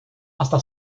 hasta